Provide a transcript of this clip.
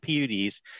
pud's